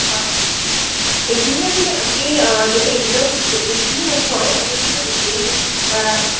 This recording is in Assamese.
হয় এদিনীয়া মানে আমি যদি এদিনত গোটেইখিনি নহয় আমিটো দুদিন বা